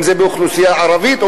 אם באוכלוסייה הערבית,